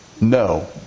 No